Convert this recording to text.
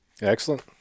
Excellent